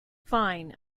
fine